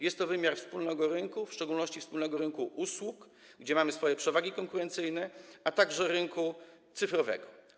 Jest to wymiar wspólnego rynku, w szczególności wspólnego rynku usług, gdzie mamy swoje przewagi konkurencyjne, a także rynku cyfrowego.